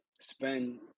spend